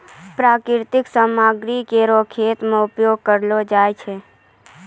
प्राकृतिक सामग्री केरो खेत मे उपयोग करलो जाय छै